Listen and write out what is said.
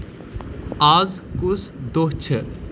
آز کُس دۄہ چھِ